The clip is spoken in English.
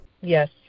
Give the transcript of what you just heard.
yes